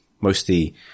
mostly